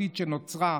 והמלאכותית שנוצרה,